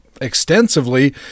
extensively